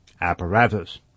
apparatus